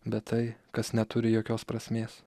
bet tai kas neturi jokios prasmės